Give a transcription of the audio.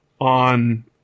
on